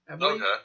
Okay